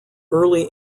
early